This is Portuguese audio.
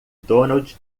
donald